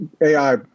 AI